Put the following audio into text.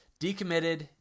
decommitted